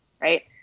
Right